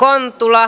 an tuloa